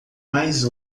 mais